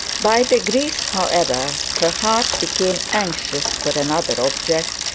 by degrees, however, her heart became anxious for another object,